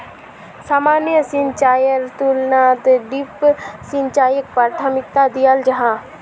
सामान्य सिंचाईर तुलनात ड्रिप सिंचाईक प्राथमिकता दियाल जाहा